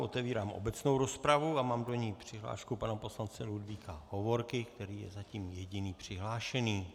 Otevírám obecnou rozpravu a mám do ní přihlášku pana poslance Ludvíka Hovorky, který je zatím jediný přihlášený.